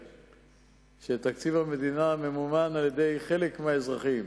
שתקציב המדינה ממומן על-ידי חלק מהאזרחים.